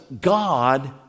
God